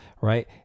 right